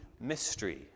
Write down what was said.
mystery